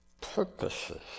purposes